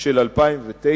של 2009,